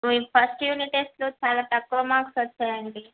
first unit టెస్ట్లో చాలా తక్కువ మార్క్స్ వచ్చాయండి